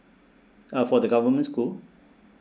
uh for the government school